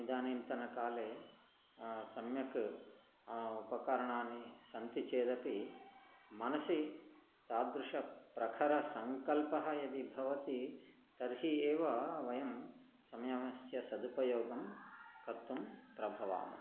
इदानीन्तनकाले सम्यक् उपकरणानि सन्ति चेदपि मनसि तादृशः प्रखरः सङ्कल्पः यदि भवति तर्हि एव वयं समयस्य सदुपयोगं कर्तुं प्रभवामः